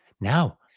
Now